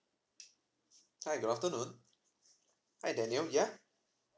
hi good afternoon hi daniel yeah